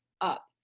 up